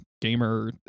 gamer